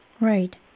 Right